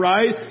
Right